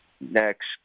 next